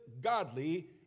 godly